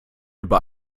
über